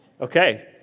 Okay